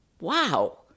wow